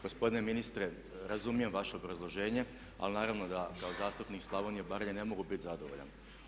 Gospodine ministre, razumijem vaše obrazloženje ali naravno da kao zastupnik Slavonije i Baranje na mogu biti zadovoljan.